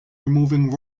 removing